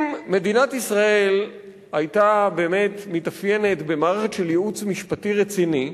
אם מדינת ישראל היתה באמת מתאפיינת במערכת של ייעוץ משפטי רציני,